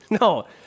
No